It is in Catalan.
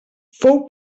fou